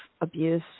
abuse